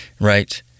Right